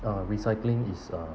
uh recycling is uh